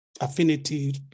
affinity